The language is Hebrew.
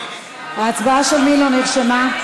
גברתי, ההצבעה שלי לא נרשמה.